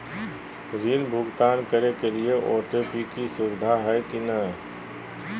ऋण भुगतान करे के लिए ऑटोपे के सुविधा है की न?